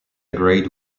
grade